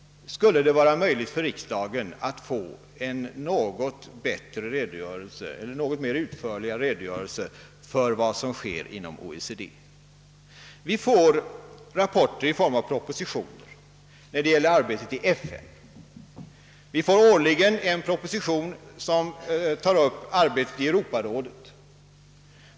Är det möjligt för riksdagen att få en samlad redogörelse för vad som sker inom OECD? Vi får rapporter i form av propositioner när det gäller arbetet i FN. Vi får årligen en proposition som tar upp arbetet i Europarådet.